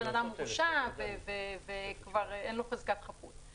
שבן אדם הורשע וכבר לא עומדת לו חזקת החפות.